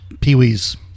Pee-wee's